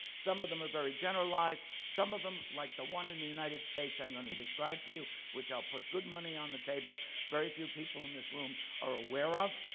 some of them are very generalized. some of them, like the one in the united states i'm going to describe to you, which i'll put money on the table very few people in this room are aware of,